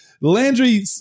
Landry